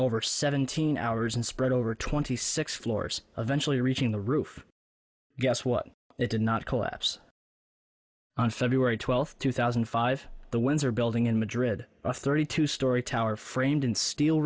over seventeen hours and spread over twenty six floors eventually reaching the roof guess what it did not collapse on feb twelfth two thousand and five the windsor building in madrid a thirty two story tower framed and steel